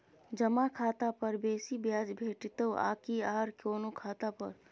जमा खाता पर बेसी ब्याज भेटितै आकि आर कोनो खाता पर?